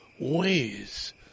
ways